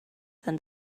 than